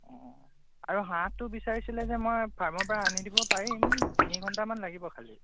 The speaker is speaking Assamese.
অঁ অঁ অঁ আৰু হাঁহটো বিচাৰিছিলেযে যে মই ফাৰ্মৰপৰা আনি দিব পাৰিম তিনি ঘণ্টামান লাগিব খালি